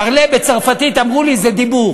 parler בצרפתית, אמרו לי, זה דיבור.